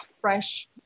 fresh